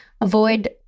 avoid